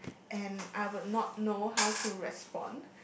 and I will not know how to response